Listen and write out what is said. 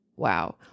Wow